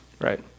Right